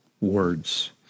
words